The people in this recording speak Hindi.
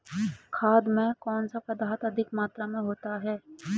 खाद में कौन सा पदार्थ अधिक मात्रा में होता है?